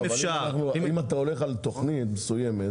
אם אפשר --- אבל אם אתה הולך על תוכנית מסוימת,